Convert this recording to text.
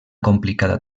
complicada